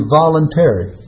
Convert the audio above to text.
voluntary